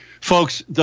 Folks